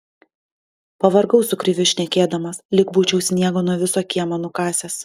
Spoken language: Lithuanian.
pavargau su kriviu šnekėdamas lyg būčiau sniegą nuo viso kiemo nukasęs